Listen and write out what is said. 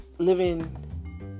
Living